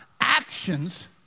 Actions